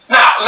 Now